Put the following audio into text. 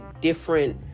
different